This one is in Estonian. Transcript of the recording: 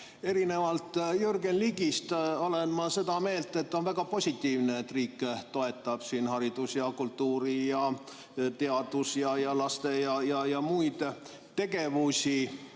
Erinevalt Jürgen Ligist olen ma seda meelt, et on väga positiivne, et riik toetab haridust, kultuuri, teadust, lastega seotud ja muid tegevusi.